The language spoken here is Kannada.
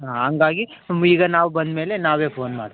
ಹಾಂ ಹಂಗಾಗಿ ಈಗ ನಾವು ಬಂದಮೇಲೆ ನಾವೇ ಫೋನ್ ಮಾಡ್ತೀವಿ